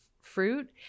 fruit